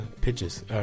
pitches